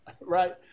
right